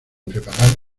preparar